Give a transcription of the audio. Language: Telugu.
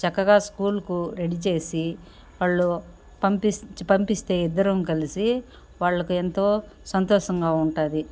చక్కగా స్కూలుకు రెడీ చేసి వాళ్ళు పంపిస్ పంపిస్తే ఇద్దరము కలిసి వాళ్లకు ఎంతో సంతోషంగా ఉంటుంది